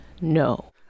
No